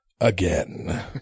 again